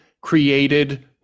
created